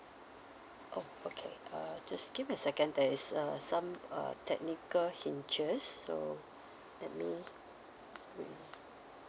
oh okay uh just give me a second there is um some uh technical hinges so let me wait